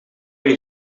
een